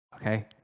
Okay